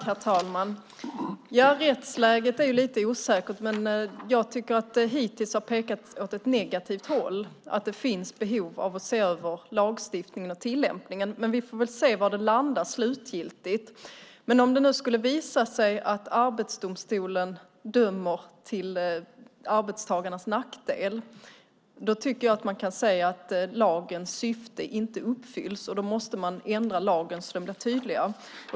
Herr talman! Rättsläget är lite osäkert, men jag tycker att det hittills har pekat åt ett negativt håll och att det därför finns behov av att se över lagstiftningen och tillämpningen. Men vi får väl se var det landar slutgiltigt. Om det nu skulle visa sig att Arbetsdomstolen dömer till arbetstagarnas nackdel tycker jag att man kan säga att lagens syfte inte uppfylls, och då måste man ändra lagen så att den blir tydligare.